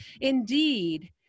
indeed